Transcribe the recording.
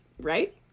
Right